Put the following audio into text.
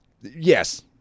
Yes